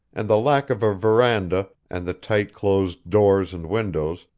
and the lack of a veranda, and the tight-closed doors and windows,